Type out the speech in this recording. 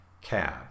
cab